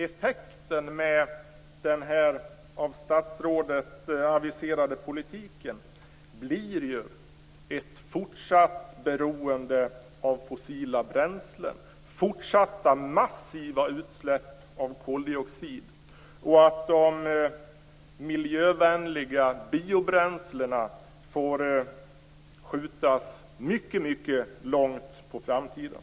Effekten av den av statsrådet aviserade politiken blir ju ett fortsatt beroende av fossila bränslen, fortsatta massiva utsläpp av koldioxid och att de miljövänliga biobränslena får skjutas mycket långt på framtiden.